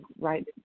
right